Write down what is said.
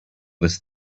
this